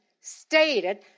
stated